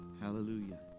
Hallelujah